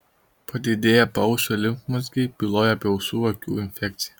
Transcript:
padidėję paausio limfmazgiai byloja apie ausų akių infekciją